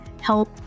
help